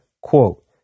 quote